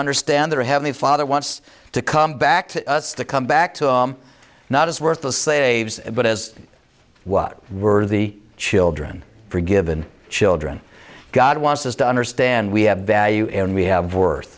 understand their heavenly father wants to come back to us to come back to i'm not as worthless saves but as what were the children forgiven children god wants us to understand we have value and we have wor